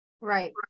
right